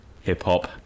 hip-hop